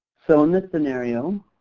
so, in this scenario,